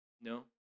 No